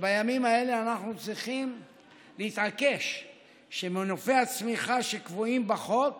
שבימים האלה אנחנו צריכים להתעקש שמנופי הצמיחה שקבועים בחוק